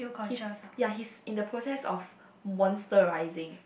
he's ya he's in the process of monsterizing